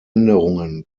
änderungen